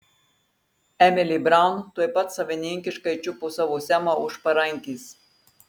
emilė braun tuoj pat savininkiškai čiupo savo semą už parankės